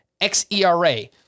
XERA